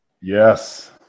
Yes